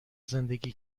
زندگی